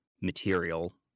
material